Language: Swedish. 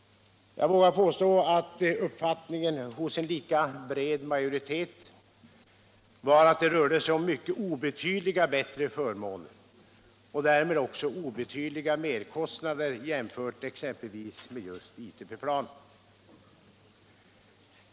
Jag vågar påstå att uppfattningen inom en lika bred majoritet var att det rörde sig om mycket obetydliga bättre förmåner och därmed också obetydliga merkostnader, jämfört med exempelvis just ITP-planen.